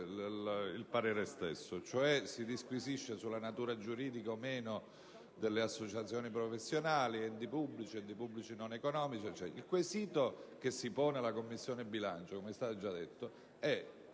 il parere stesso. Cioè, si disquisisce sulla natura giuridica delle associazioni professionali: enti pubblici, enti pubblici non economici, eccetera. Il quesito che si pone alla Commissione bilancio, come è stato già detto, è